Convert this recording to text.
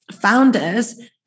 founders